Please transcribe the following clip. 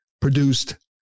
produced